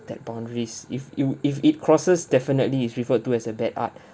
that boundaries if it would if it crosses definitely it's referred to as a bad art